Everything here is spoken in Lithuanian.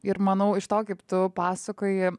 ir manau iš to kaip tu pasakoji